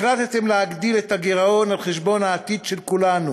החלטתם להגדיל את הגירעון על חשבון העתיד של כולנו